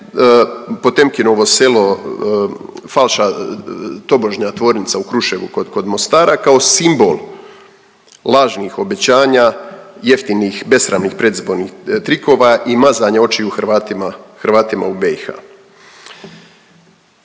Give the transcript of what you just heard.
potemkinovo selo, falša, tobožnja tvornica u Kruševu kod, kod Mostara kao simbol lažnih obećanja, jeftinih besramnih predizbornih trikova i mazanje očiju Hrvatima,